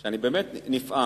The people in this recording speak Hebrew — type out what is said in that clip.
אני באמת נפעם.